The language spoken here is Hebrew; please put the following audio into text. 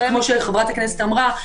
כמו שחברת הכנסת אמרה,